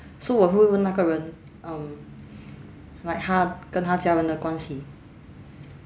so 我会问那个人 um like 他跟他家人的关系